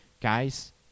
guys